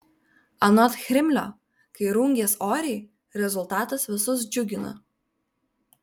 anot chrimlio kai rungies oriai rezultatas visus džiugina